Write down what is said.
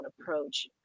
approach